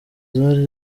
zari